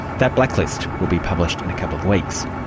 that blacklist will be published in a couple of weeks.